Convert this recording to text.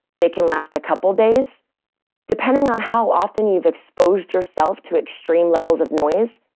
they can last a couple days depending on how often you've exposed yourself to extreme levels of noise,